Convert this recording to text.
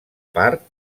part